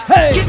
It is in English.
Hey